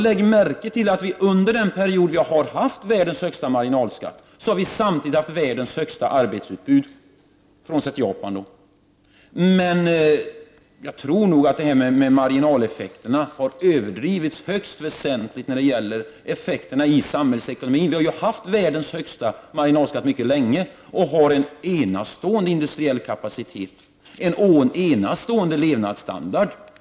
Lägg märke till att under den period vi har haft världens högsta marginalskatt, har vi samtidigt haft världens högsta arbetsutbud, frånsett Japan. Jag tror att detta med marginaleffekterna har överdrivits högst väsentligt när det gäller följderna för samhällsekonomin. Marginalskatterna i Sverige har mycket länge varit världens högsta, men vår industriella kapacitet är enastående, liksom vår levnadsstandard.